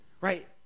right